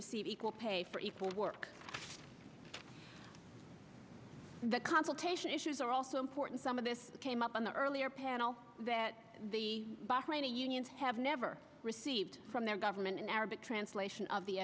receive equal pay for equal work the consultation issues are also important some of this came up in the earlier panel that the barclay unions have never received from their government an arabic translation of the